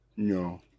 No